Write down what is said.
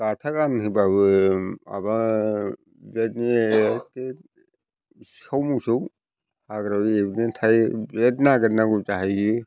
गाथा गानहोबाबो माबा बेबायदिनो एखे सिखाव मोसौ हाग्रायाव एब्रेनानै थायो बिराथ नागिरनांगौ जाहैयो